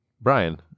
Brian